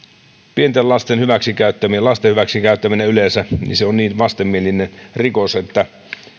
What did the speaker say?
pienten lasten hyväksikäyttäminen ja lasten hyväksikäyttäminen yleensä on niin vastenmielinen rikos että